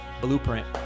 Blueprint